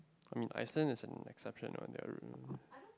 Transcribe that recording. I mean like I stand as an exception on that route